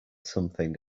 something